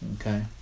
Okay